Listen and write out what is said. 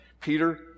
Peter